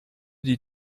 die